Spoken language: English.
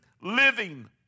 living